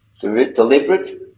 Deliberate